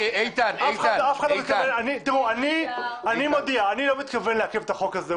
אני מודיע שאני לא מתכוון לעכב את החוק הזה,